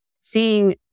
seeing